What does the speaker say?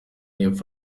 y’epfo